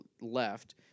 left